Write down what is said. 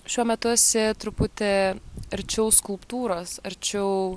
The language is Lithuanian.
šiuo metu esi truputį arčiau skulptūros arčiau